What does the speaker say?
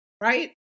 right